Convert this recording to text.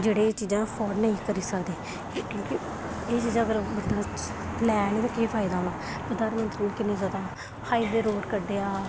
जेह्डे़ एह् चीजां अफार्ड नेईं करी सकदे क्योंकि जैदातर बंदा लैनी ते केह् फायदा होना प्रधानमंत्री किन्ने जैदा हाईवे रोड़ कड्ढेआ